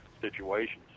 situations